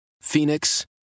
phoenix